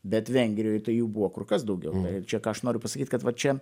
bet vengrijoj tai buvo kur kas daugiau čia ką aš noriu pasakyt kad va čia